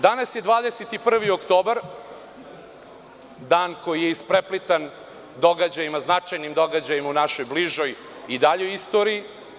Danas je 21. oktobar, dan koji je ispreplitan događajima značajnim u našoj bližoj i daljoj istoriji.